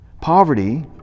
Poverty